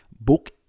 book